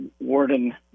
warden